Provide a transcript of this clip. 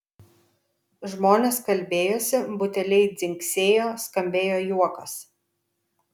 žmonės kalbėjosi buteliai dzingsėjo skambėjo juokas